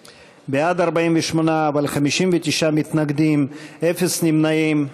בעד, 48, אבל 59 מתנגדים, אפס נמנעים.